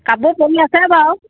কাপোৰ পৰি আছে বাৰু